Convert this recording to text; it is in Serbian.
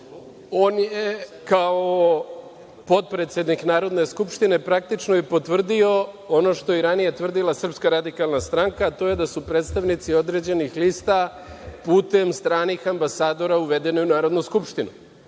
je kao potpredsednik Narodne skupštine praktično i potvrdio ono što je i ranije tvrdila SRS, a to je da su predstavnici određenih lista putem stranih ambasadora uvedeni u Narodnu skupštinu.Međutim,